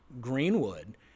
greenwood